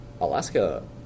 Alaska